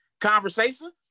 conversation